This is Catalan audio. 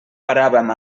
paràvem